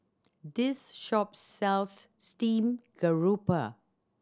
this shop sells steamed garoupa